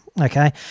okay